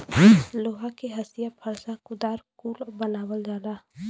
लोहा के हंसिआ फर्सा कुदार कुल बनावल जाला